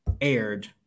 aired